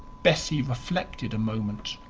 bessie reflected a moment